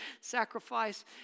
sacrifice